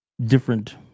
different